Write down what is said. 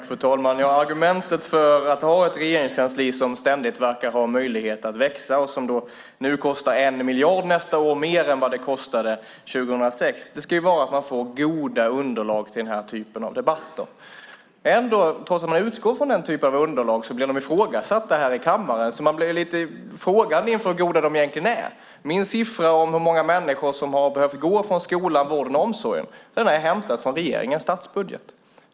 Fru talman! Argumentet för att ha ett regeringskansli som ständigt verkar ha möjlighet att växa, och som nästa år kommer att kosta 1 miljard mer än det kostade 2006, skulle väl då vara att vi får goda underlag till den här typen av debatter. Trots att vi utgår från den typen av underlag blir de ifrågasatta i kammaren. Därför blir man lite frågande inför hur goda de egentligen är. Min siffra gällande hur många som behövt gå från skolan, vården och omsorgen är hämtad från regeringens statsbudget.